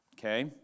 Okay